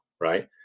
Right